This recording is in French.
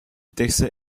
texte